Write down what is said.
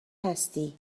هستی